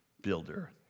builder